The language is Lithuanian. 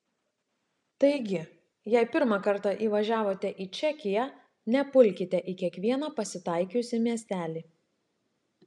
taigi jei pirmą kartą įvažiavote į čekiją nepulkite į kiekvieną pasitaikiusį miestelį